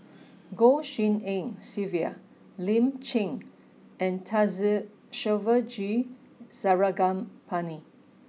Goh Tshin En Sylvia Lin Chen and Thamizhavel G Sarangapani